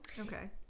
Okay